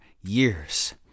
years